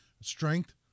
strength